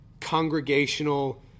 congregational